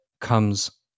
comes